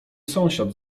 sąsiad